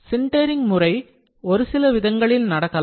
சின்டெரிங்க்முறை ஒரு சில விதங்களில் நடக்கலாம்